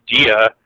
idea